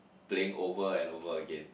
playing over and over again